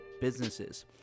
businesses